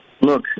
look